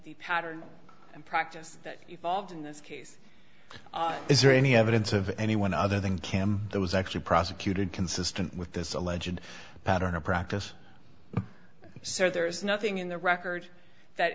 the pattern and practice that evolved in this case is there any evidence of anyone other than cam there was actually prosecuted consistent with this allegedly pattern of practice so there is nothing in the record that